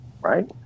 right